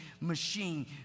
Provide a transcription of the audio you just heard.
machine